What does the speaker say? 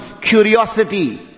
curiosity